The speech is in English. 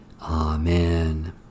Amen